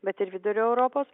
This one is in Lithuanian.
bet ir vidurio europos